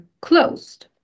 closed